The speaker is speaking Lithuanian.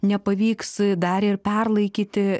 nepavyks dar ir perlaikyti